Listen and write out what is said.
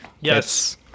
Yes